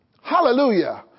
Hallelujah